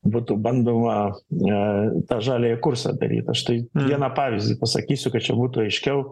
būtų bandoma na tą žaliąjį kursą daryt aš tai vieną pavyzdį pasakysiu kad čia būtų aiškiau